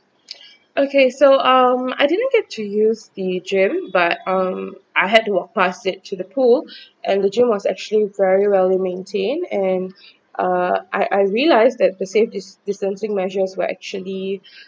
okay so um I didn't get to use the gym but um I had to walked passed it to the pool and the gym was actually very well maintain and uh I I realized that the safe dis~ distancing measures were actually